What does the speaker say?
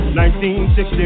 1960